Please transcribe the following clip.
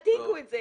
תעתיקו את זה